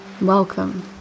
Welcome